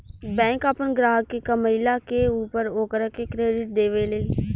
bank आपन ग्राहक के कमईला के ऊपर ओकरा के क्रेडिट देवे ले